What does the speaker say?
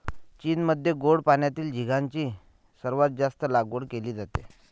चीनमध्ये गोड पाण्यातील झिगाची सर्वात जास्त लागवड केली जाते